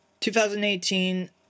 2018